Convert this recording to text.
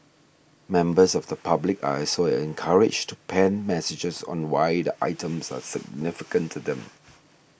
members of the public are also encouraged to pen messages on why the items are significant to them